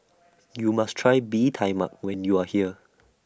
YOU must Try Bee Tai Mak when YOU Are here